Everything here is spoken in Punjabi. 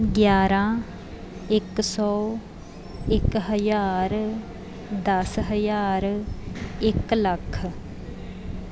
ਗਿਆਰ੍ਹਾਂ ਇੱਕ ਸੌ ਇੱਕ ਹਜ਼ਾਰ ਦਸ ਹਜ਼ਾਰ ਇੱਕ ਲੱਖ